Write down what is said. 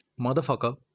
Motherfucker